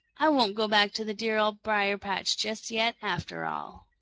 i won't go back to the dear old briar-patch just yet, after all.